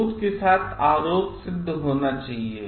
सबूत के साथ आरोप सिद्ध होना चाहिए